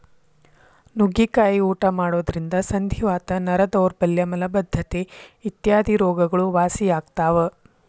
ನುಗ್ಗಿಕಾಯಿ ಊಟ ಮಾಡೋದ್ರಿಂದ ಸಂಧಿವಾತ, ನರ ದೌರ್ಬಲ್ಯ ಮಲಬದ್ದತೆ ಇತ್ಯಾದಿ ರೋಗಗಳು ವಾಸಿಯಾಗ್ತಾವ